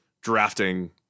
drafting